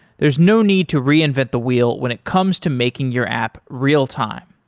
there's no need to reinvent the wheel when it comes to making your app real-time.